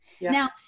Now